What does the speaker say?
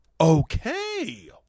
Okay